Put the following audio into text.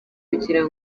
kugira